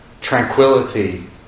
tranquility